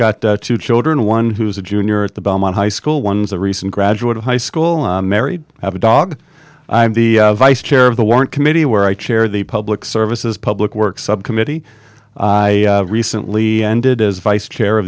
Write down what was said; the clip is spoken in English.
got two children one who's a junior at the belmont high school one's a recent graduate of high school i'm married i have a dog i'm the vice chair of the warrant committee where i chair the public services public works subcommittee i recently ended as vice chair